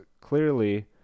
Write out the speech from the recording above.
clearly